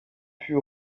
put